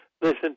listen